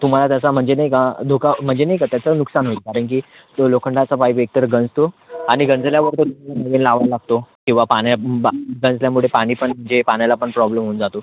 तुम्हाला त्याचा म्हणजे नाही का धोका म्हणजे नाही का त्याचं नुकसान होईल कारण की तो लोखंडाचा पाईप एकतर गंजतो आणि गंजल्यावर पण तो नवीन लावावा लागतो किंवा पाण्या बा गंजल्यामुळे पाणी पण म्हणजे पाण्याला पण प्रॉब्लेम होऊन जातो